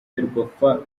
ferwafa